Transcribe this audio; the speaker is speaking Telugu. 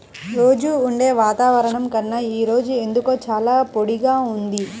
రోజూ ఉండే వాతావరణం కన్నా ఈ రోజు ఎందుకో చాలా పొడిగా ఉంది